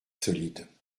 solides